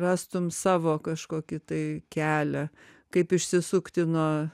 rastum savo kažkokį tai kelią kaip išsisukti nuo